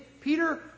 Peter